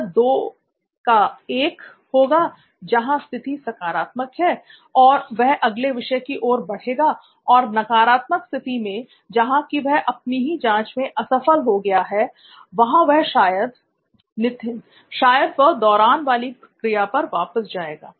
यह 2 होगा जहां स्थिति सकारात्मक है और वह अगले विषय की ओर बढ़ेगा और नकारात्मक स्थिति में जहां की वह अपनी ही जांच में असफल हो गया है वहां वह शायदl नित्थिन शायद वह "दौरान" वाली क्रिया पर वापस जाएगा